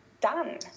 done